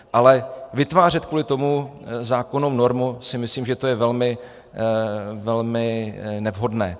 Ale vytvářet kvůli tomu zákonnou normu si myslím, že to je velmi, velmi nevhodné.